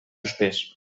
suspès